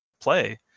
play